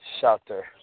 shelter